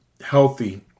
healthy